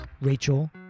Rachel